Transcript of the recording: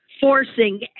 forcing